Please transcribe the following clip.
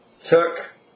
took